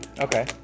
Okay